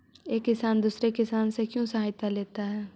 एक किसान दूसरे किसान से क्यों सहायता लेता है?